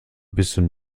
bisschen